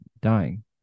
dying